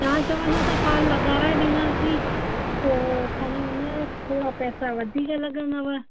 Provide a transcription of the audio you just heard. तव्हां चवंदा त फॉल लॻाराए ॾींदासीं पोइ खणी उन जा थोरा पैसा वधीक लॻंदव